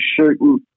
shooting